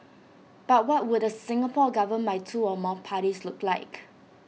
but what would the Singapore governed by two or more parties look like